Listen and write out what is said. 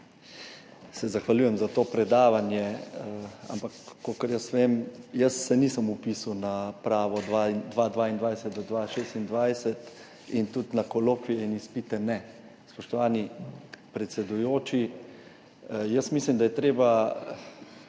Zahvaljujem se za to predavanje, ampak kolikor jaz vem, se jaz nisem vpisal na pravo 2022–2026 in tudi na kolokvije in izpite ne. Spoštovani predsedujoči, mislim, da je treba